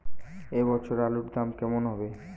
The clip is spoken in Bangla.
এ বছর আলুর দাম কেমন হবে?